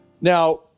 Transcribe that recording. Now